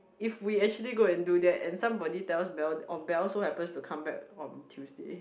if we actually go and do that and somebody tells Bel or Bel so happens to come back on Tuesday